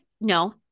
no